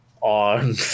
on